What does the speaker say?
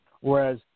whereas